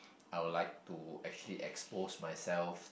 I would like to actually expose myself